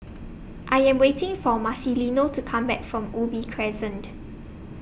I Am waiting For Marcelino to Come Back from Ubi Crescent